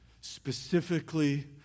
specifically